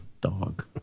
dog